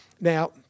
Now